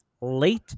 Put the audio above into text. late